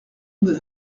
vous